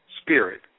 spirit